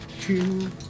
Two